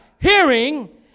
hearing